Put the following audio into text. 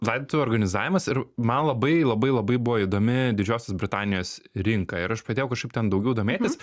laidotuvių organizavimas ir man labai labai labai buvo įdomi didžiosios britanijos rinka ir aš pradėjau kažkaip ten daugiau domėtis